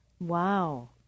Wow